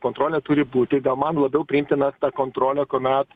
kontrolė turi būti gal man labiau priimtina ta kontrolė kuomet